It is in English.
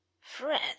friend